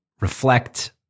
reflect